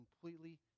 completely